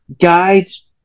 guides